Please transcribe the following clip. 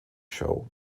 show